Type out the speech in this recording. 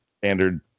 standard